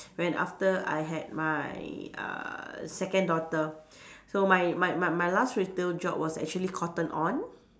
when after I had my uh second daughter so my my my my last retail job was actually cotton on